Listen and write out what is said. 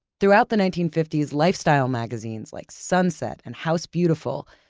throughout the nineteen fifty s, lifestyle magazines like sunset, and house beautiful,